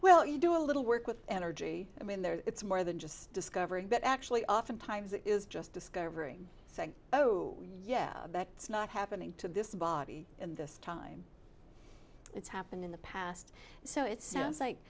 well you do a little work with energy i mean there it's more than just discovering but actually oftentimes it is just discovering saying oh yeah it's not happening to this body in this time it's happened in the past so it sounds like